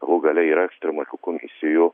galų gale yra ektremalių komisijų